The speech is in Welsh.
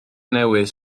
newydd